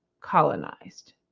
colonized